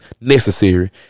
necessary